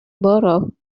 borough